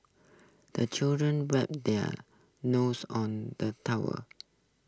the children wipe their noses on the towel